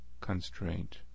constraint